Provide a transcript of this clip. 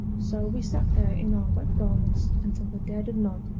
so we sat there in our wet garments until the dead of night,